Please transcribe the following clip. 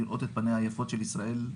לראות את פניה היפות של ישראל,